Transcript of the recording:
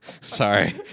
Sorry